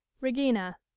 Regina